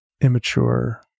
immature